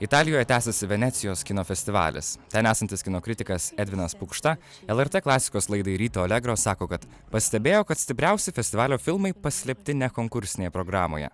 italijoje tęsiasi venecijos kino festivalis ten esantis kino kritikas edvinas pukšta lrt klasikos laidai ryto alegro sako kad pastebėjo kad stipriausi festivalio filmai paslėpti ne konkursinėje programoje